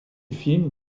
film